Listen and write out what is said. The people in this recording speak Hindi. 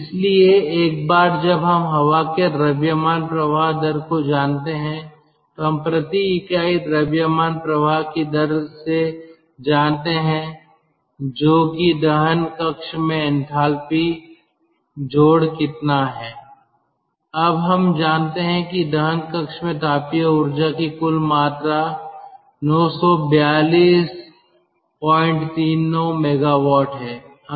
इसलिए एक बार जब हम हवा के द्रव्यमान प्रवाह दर को जानते हैं तो हम प्रति इकाई द्रव्यमान प्रवाह की दर से जानते हैं जो कि दहन कक्ष में एंथैल्पी जोड़ कितना है अब हम जानते हैं कि दहन कक्ष में तापीय ऊर्जा की कुल मात्रा 94239 मेगावाट है